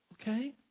Okay